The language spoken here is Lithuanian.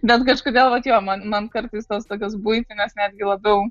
bet kažkodėl vat jo man man kartais tos tokios buitinės netgi labiau